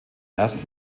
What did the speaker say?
ersten